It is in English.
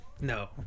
no